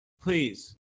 please